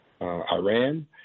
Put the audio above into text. Iran